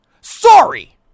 Sorry